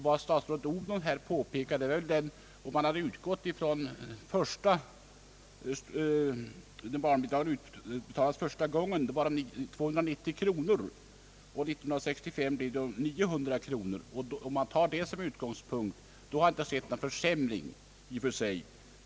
Vad statsrådet fru Odhnoff här påpekade var att när barnbidragen utbetalades första gången var de 290 kronor, och 1965 var de 900 kronor. Om man tar detta som utgångspunkt, då har det inte skett någon försämring i och för sig.